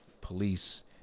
police